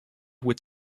with